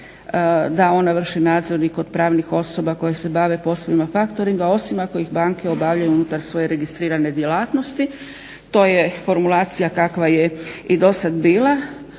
da ona vrši nadzor i kod pravnih osoba koje se bave poslovima faktoringa osim ako ih banke obavljaju unutar svoje registrirane djelatnosti. To je formulacija kakva je i dosad bila.